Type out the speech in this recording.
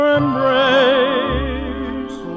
embrace